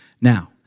Now